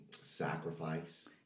sacrifice